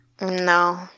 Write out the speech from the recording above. no